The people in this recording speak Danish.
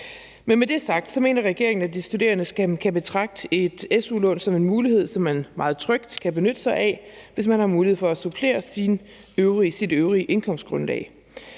Men med det sagt mener regeringen, at de studerende kan betragte et su-lån som en mulighed, som man meget trygt kan benytte sig af, hvis man har mulighed for at supplere sit øvrige indkomstgrundlag.